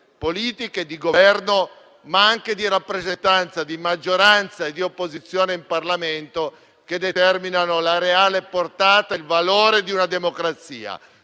politiche di Governo, ma anche di rappresentanza, di maggioranza e di opposizione, in Parlamento, che determinano la reale portata e il valore di una democrazia,